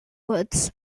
woods